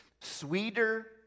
sweeter